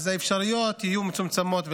האפשרויות יהיו מצומצמות.